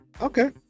Okay